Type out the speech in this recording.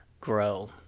grow